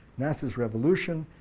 nasser's revolution,